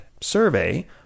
survey